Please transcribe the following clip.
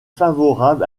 favorable